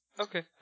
Okay